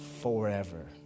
forever